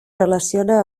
relaciona